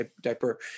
diaper